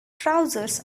trousers